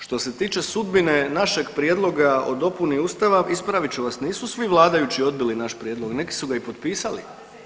Što se tiče sudbine našeg prijedloga o dopuni Ustava, ispravit ću vas, nisu svi vladajući odbili naš prijedlog, neki su ga i potpisali.